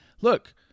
look